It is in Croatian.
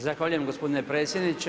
Zahvaljujem gospodine predsjedniče.